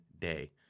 day